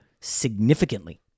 significantly